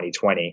2020